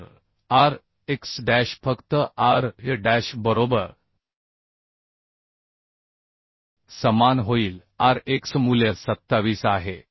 तर R x dash फक्त R y dash बरोबर समान होईल R x मूल्य 27 आहे